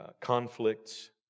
Conflicts